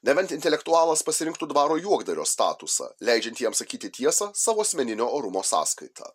nebent intelektualas pasirinktų dvaro juokdario statusą leidžiantį jam sakyti tiesą savo asmeninio orumo sąskaita